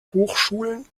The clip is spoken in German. hochschulen